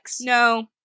No